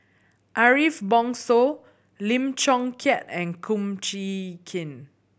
Ariff Bongso Lim Chong Keat and Kum Chee Kin